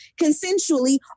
consensually